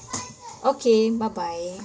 okay bye bye